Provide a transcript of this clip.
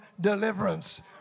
deliverance